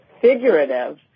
figurative